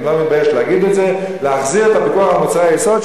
אני לא מתבייש להגיד את זה: להחזיר את הפיקוח על מוצרי היסוד,